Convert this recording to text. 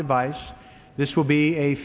device this will be a